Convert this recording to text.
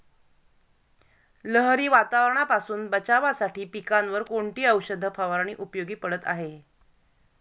लहरी वातावरणापासून बचावासाठी पिकांवर कोणती औषध फवारणी उपयोगी पडत आहे?